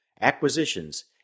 Acquisitions